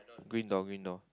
green door green door